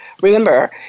remember